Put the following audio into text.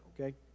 okay